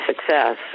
success